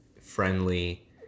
friendly